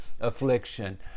affliction